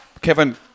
Kevin